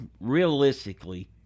realistically